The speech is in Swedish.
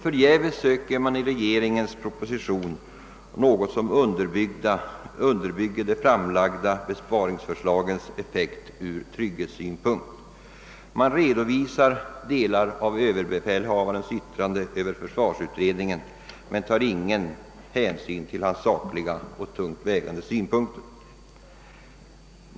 Förgäves söker man i regeringens pro Position efter något som underbygger de framlagda besparingsförslagens effekt ur trygghetssynpunkt. Delar av ÖB:s yttrande över försvarsutredningen redovisas, men någon hänsyn till ÖB:s sakliga och tungt vägande synpunkter tas inte.